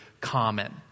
common